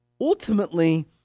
ultimately